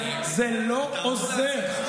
זה לא עוזר.